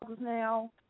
now